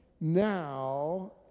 Now